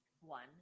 one